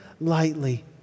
lightly